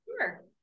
sure